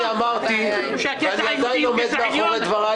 אני אמרתי ואני עדיין עומד מאחורי דברי